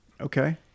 Okay